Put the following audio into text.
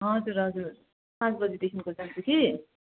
हजुर हजुर पाँच बजेदेखिन्को जान्छु कि